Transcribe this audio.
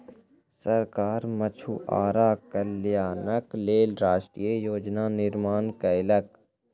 सरकार मछुआरा कल्याणक लेल राष्ट्रीय योजना निर्माण कयलक